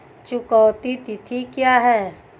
चुकौती तिथि क्या है?